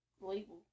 label